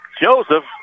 Joseph